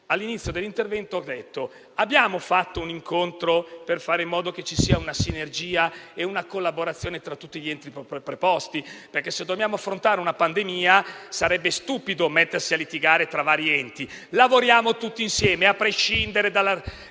all'inizio dell'intervento, per fare in modo che ci sia una sinergia e una collaborazione tra tutti gli enti preposti? Perché se dobbiamo affrontare una pandemia sarebbe stupido mettersi a litigare tra vari enti; lavoriamo tutti insieme a prescindere dall'articolo